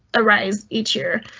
arise each year.